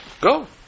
go